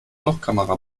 lochkamera